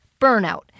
Burnout